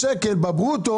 אני לא מבקש ממך.